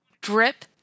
drip